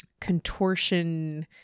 contortion